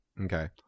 Okay